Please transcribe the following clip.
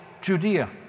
Judea